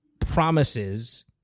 promises